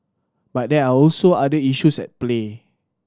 but there are also other issues at play